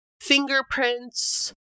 fingerprints